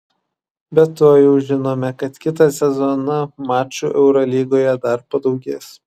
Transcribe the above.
be to jau žinome kad kitą sezoną mačų eurolygoje dar padaugės